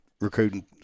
recruiting